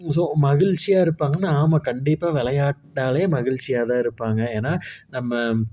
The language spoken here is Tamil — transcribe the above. ஸோ மகிழ்ச்சியாக இருப்பாங்கன்னா ஆமாம் கண்டிப்பாக விளையாட்டாலே மகிழ்ச்சியாகதான் இருப்பாங்க ஏன்னா நம்ம